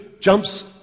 jumps